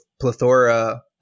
plethora